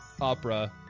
opera